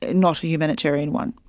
not a humanitarian one.